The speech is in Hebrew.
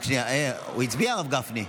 קריאה: הוא הצביע, הרב גפני.